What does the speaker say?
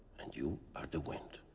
and you are the wind.